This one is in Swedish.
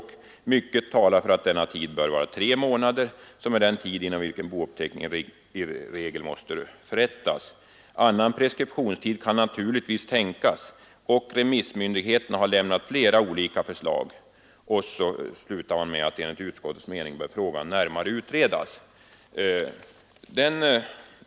Utskottet fann att mycket talade för att denna tid bör vara tre månader, som är den tid inom vilken bouppteckning i regel måste förrättas. Annan preskriptionstid kan naturligtvis också tänkas, och remissinstanserna har lämnat flera olika förslag, anförde utskottet och framhöll som sin mening att frågan borde närmare utredas.